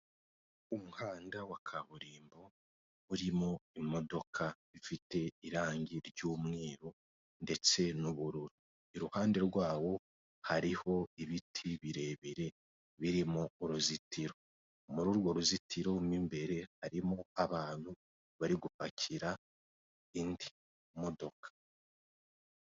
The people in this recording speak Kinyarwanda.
Umuhanda wa kaburimbo urimo imodoka ifite irangi ry'umweru ndetse n'ubururu, iruhande rwawo hariho ibiti birebire birimo uruzitiro muri urwo ruzitiro mo imbere harimo abantu barimo gupakira indi modoka.